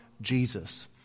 Jesus